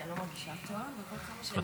כי אני לא מרגישה טוב, אבל כמה שאני אצליח.